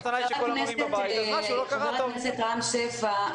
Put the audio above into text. חבר הכנסת רם שפע,